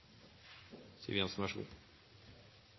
Siv Jensen